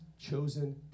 chosen